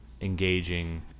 engaging